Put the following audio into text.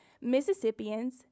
Mississippians